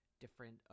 different